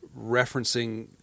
referencing